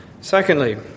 Secondly